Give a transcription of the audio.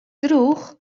drûch